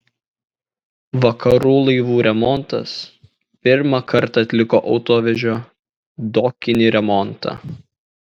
vakarų laivų remontas pirmą kartą atliko autovežio dokinį remontą